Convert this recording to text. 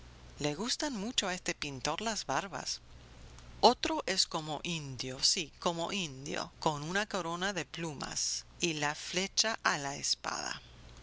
le gustan mucho a este pintor las barbas otro es como indio sí como indio con una corona de plumas y la flecha a la espalda